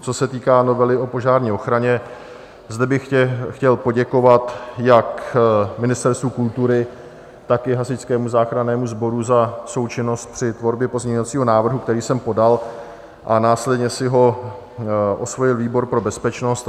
Co se týká novely o požární ochraně, zde bych chtěl poděkovat jak Ministerstvu kultury, tak i Hasičskému záchrannému sboru za součinnost při tvorbě pozměňujícího návrhu, který jsem podal, a následně si ho osvojil výbor pro bezpečnost.